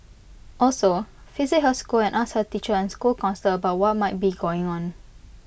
also visit her school and ask her teacher and school counsellor about what might be going on